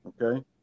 okay